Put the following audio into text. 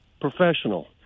professional